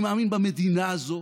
הבית הזה,